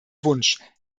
wunsch